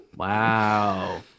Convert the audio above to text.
wow